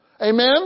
Amen